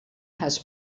has